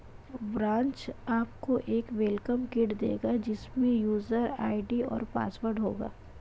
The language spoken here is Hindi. ब्रांच आपको एक वेलकम किट देगा जिसमे यूजर आई.डी और पासवर्ड होगा